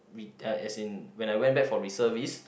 re~ as in when I went back for reservist